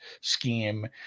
scheme